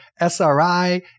SRI